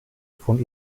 von